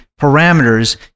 parameters